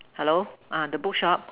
hello ah the bookshop